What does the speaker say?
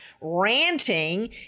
ranting